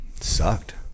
sucked